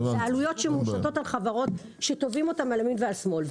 זה עלויות שמושתות על חברות שתובעים אותן על ימין ועל שמאל.